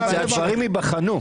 הרשימה הערבית